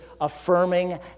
affirming